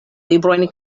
librojn